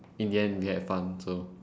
in the end we had fun so